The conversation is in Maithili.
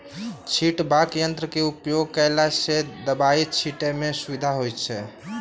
छिटबाक यंत्रक उपयोग कयला सॅ दबाई छिटै मे सुविधा होइत छै